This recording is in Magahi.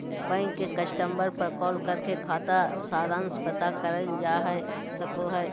बैंक के कस्टमर पर कॉल करके खाता सारांश पता करल जा सको हय